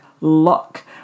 luck